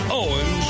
owen